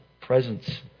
presence